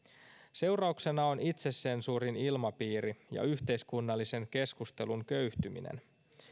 seurauksena on itsesensuurin ilmapiiri ja yhteiskunnallisen keskustelun köyhtyminen